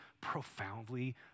profoundly